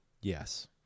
Yes